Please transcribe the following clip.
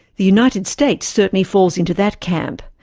the united states certainly falls into that camp.